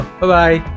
bye-bye